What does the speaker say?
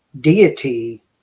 deity